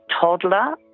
toddler